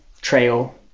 trail